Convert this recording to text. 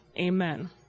Amen